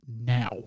now